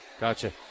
gotcha